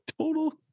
Total